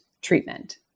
treatment